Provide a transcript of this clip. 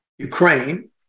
Ukraine